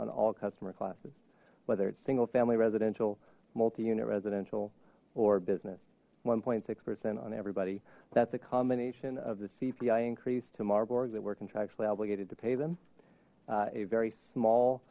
on all customer classes whether it's single family residential multi unit residential or business one point six percent on everybody that's a combination of the cpi increase to marburg that we're contractually obligated to pay them a very small